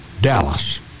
Dallas